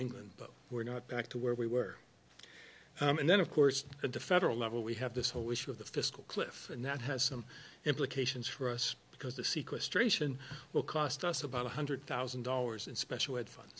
england but we're not back to where we were and then of course at the federal level we have this whole issue of the fiscal cliff and that has some implications for us because the sequenced ration will cost us about one hundred thousand dollars in special ed fun